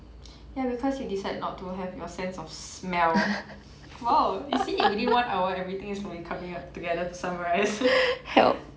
ya because you decide not to have your sense of smell !wow! you see within one hour everything is slowly coming together to summarize